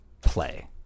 play